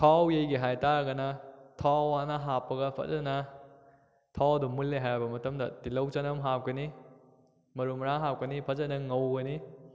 ꯊꯥꯎ ꯌꯩꯒꯦ ꯍꯥꯏꯇꯥꯔꯒꯅ ꯊꯥꯎ ꯍꯥꯟꯅ ꯍꯥꯞꯄꯒ ꯐꯖꯅ ꯊꯥꯎ ꯑꯗꯨ ꯃꯨꯜꯂꯦ ꯍꯥꯏꯔꯕ ꯃꯇꯝꯗ ꯇꯤꯜꯍꯧ ꯆꯅꯝ ꯍꯥꯞꯀꯅꯤ ꯃꯔꯨ ꯃꯔꯥꯡ ꯍꯥꯞꯀꯅꯤ ꯐꯖꯅ ꯉꯧꯒꯅꯤ